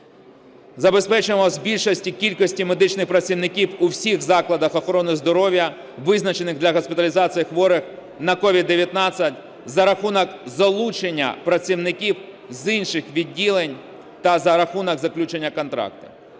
Забезпечимо збільшення кількості медичних працівників у всіх закладах охорони здоров'я, визначених для госпіталізації хворих на COVID-19, за рахунок залучення працівників з інших відділень та за рахунок заключення контрактів.